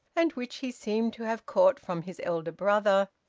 and which he seemed to have caught from his elder brother,